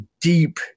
deep